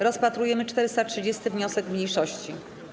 Rozpatrujemy 430. wniosek mniejszości.